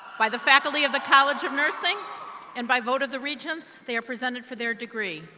by the faculty of the college of nursing and by vote of the regents, they are presented for their degree.